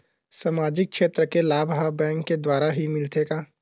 सामाजिक क्षेत्र के लाभ हा बैंक के द्वारा ही मिलथे का?